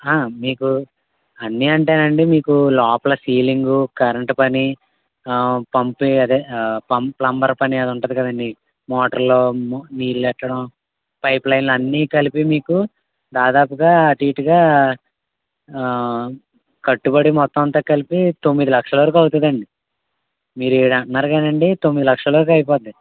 మీకు అన్నీ అంటేనండి మీకు లోపల సీలింగు కరెంటు పని పంపింగ్ అదే ప్లంబర్ పని అది ఉంటది కదా అండి మోటర్లు నీళ్లు పెట్టడం పైప్ లైన్లు అన్నీ కలిపి మీకు దాదాపుగా అటు ఇటుగా కట్టుబడి మొత్తం అంతా కలిపి తొమ్మిది లక్షలు వరకు అవుతదండి మీరు ఏడు అంటన్నారు కానీ అండి తొమ్మిది లక్ష వరకు అయిపోద్ది